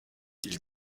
ils